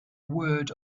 word